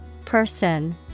Person